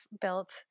built